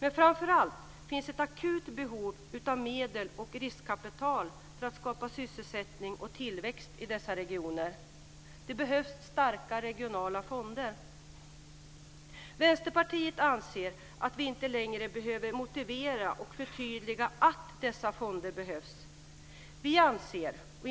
Men framför allt finns det ett akut behov av medel och riskkapital för att skapa sysselsättning och tillväxt i dessa regioner. Det behövs starka regionala fonder. Vänsterpartiet anser att vi inte längre behöver motivera och förtydliga varför dessa fonder behövs.